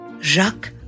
Jacques